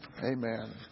Amen